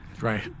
Right